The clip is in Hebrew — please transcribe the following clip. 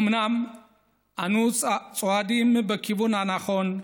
אומנם אנו צועדים בכיוון הנכון,